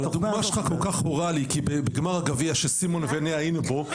אבל הדוגמה שלך כל כך חורה לי כי בגמר הגביע שסימון ואני היינו בו,